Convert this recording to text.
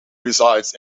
resides